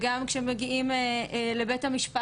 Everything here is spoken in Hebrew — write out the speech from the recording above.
אין לנו מספיק כלים לעבוד איתם.